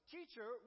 Teacher